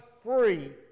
free